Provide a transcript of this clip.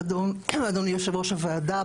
אדוני יושב-ראש הוועדה,